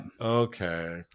okay